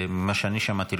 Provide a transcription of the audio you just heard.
ממה שאני שמעתי,